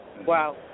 Wow